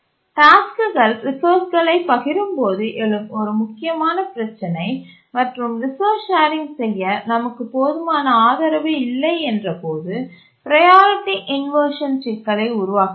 டாஸ்க்குகள் ரிசோர்ஸ்களைப் பகிரும்போது எழும் ஒரு முக்கியமான பிரச்சினை மற்றும் ரிசோர்ஸ் ஷேரிங் செய்ய நமக்கு போதுமான ஆதரவு இல்லை என்றபோது ப்ரையாரிட்டி இன்வர்ஷன் சிக்கலை உருவாக்குகிறது